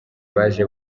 baje